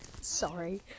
sorry